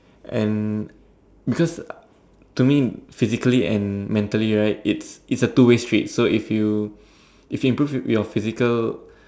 and because to me physically and mentally right its its a two way streak so if you if you improve your physical